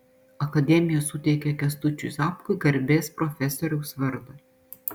akademija suteikė kęstučiui zapkui garbės profesoriaus vardą